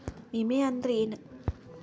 ವಿಮೆ ಅಂದ್ರೆ ಏನ?